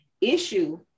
issue